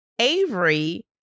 Avery